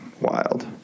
wild